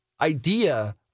idea